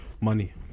Money